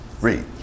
Read